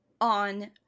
on